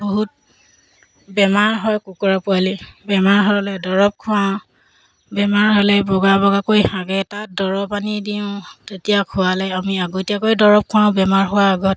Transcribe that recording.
বহুত বেমাৰ হয় কুকুৰা পোৱালি বেমাৰ হ'লে দৰৱ খুৱাওঁ বেমাৰ হ'লে বগা বগাকৈ হাগে তাত দৰৱ আনি দিওঁ তেতিয়া খোৱালে আমি আগতীয়াকৈ দৰৱ খুৱাওঁ বেমাৰ হোৱাৰ আগত